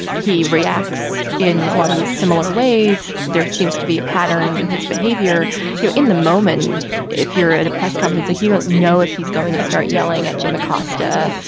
and he reacts in a lot of similar ways. there seems to be a pattern with his behavior you know in the moment if you're at a press conference here. no. if he's going to start yelling at jim acosta,